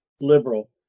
Liberal